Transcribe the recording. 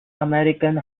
american